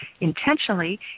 intentionally